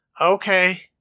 okay